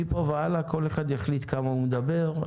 מפה והלאה כל אחד יחליט כמה הוא מדבר,